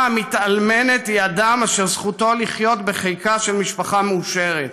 האישה המתאלמנת היא אדם אשר זכותו לחיות בחיקה של משפחה מאושרת,